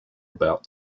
about